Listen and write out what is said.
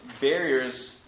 barriers